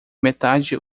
metade